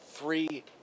Three